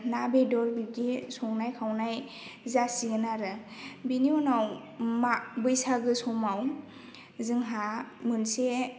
ना बेदर बिब्दि संनाय खावनाय जासिगोन आरो बेनि उनाव मा बैसागो समाव जोंहा मोनसे